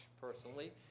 personally